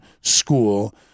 school